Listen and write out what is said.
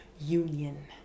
union